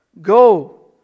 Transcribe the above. Go